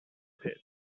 pit